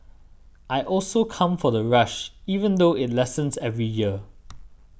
I also come for the rush even though it lessens every year